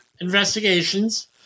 investigations